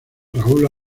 raúl